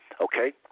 okay